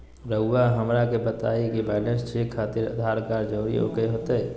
रउआ हमरा के बताए कि बैलेंस चेक खातिर आधार कार्ड जरूर ओके बाय?